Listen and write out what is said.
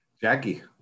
Jackie